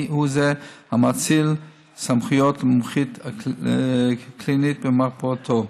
הוא זה המאציל סמכויות למומחית הקלינית במרפאתו.